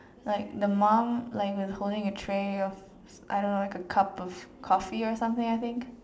like the mum like was holding a tray of I don't know like a cup of coffee or something I think